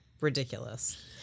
ridiculous